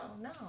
no